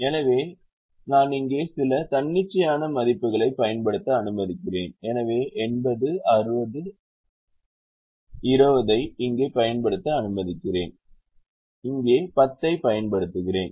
எனவே நான் இங்கே சில தன்னிச்சையான மதிப்புகளைப் பயன்படுத்த அனுமதிக்கிறேன் எனவே 80 60 அந்த 20 ஐ இங்கே பயன்படுத்த அனுமதிக்கிறேன் இங்கே 10 ஐப் பயன்படுத்துகிறேன்